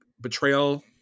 betrayal